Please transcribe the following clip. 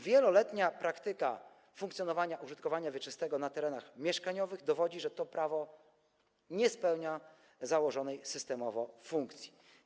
Wieloletnia praktyka funkcjonowania użytkowania wieczystego na terenach mieszkaniowych dowodzi, że to prawo nie spełnia założonej systemowo funkcji.